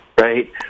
Right